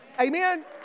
Amen